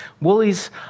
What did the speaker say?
Woolies